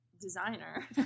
designer